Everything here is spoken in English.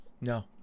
No